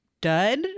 dud